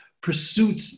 pursuit